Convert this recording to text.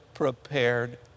prepared